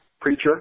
preacher